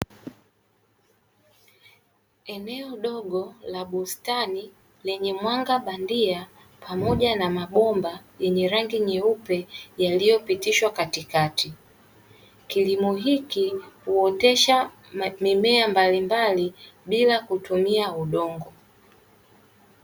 Eneo dogo la bustani lenye mwanga bandia pamoja na mabomba yenye rangi nyeupe yaliyopitishwa katikati kilimo hiki uotesha mimea mbalimbali bila kutumia udongo.